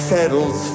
Settles